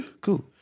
Cool